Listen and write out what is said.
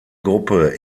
gruppe